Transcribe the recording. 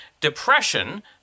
Depression